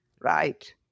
right